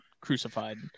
crucified